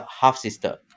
half-sister